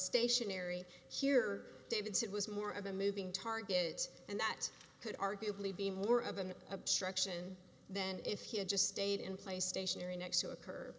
stationary here david said was more of a moving target and that could arguably be more of an obstruction then if he had just stayed in place stationary next to a cur